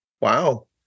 Wow